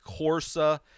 Corsa